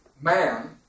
man